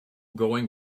going